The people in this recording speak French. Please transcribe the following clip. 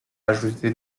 ajouté